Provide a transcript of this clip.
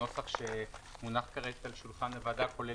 הנוסח שמונח כרגע על שולחן הוועדה כולל